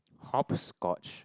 hopscotch